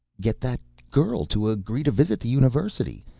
get that girl to agree to visit the university.